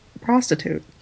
prostitute